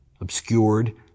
obscured